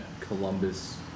Columbus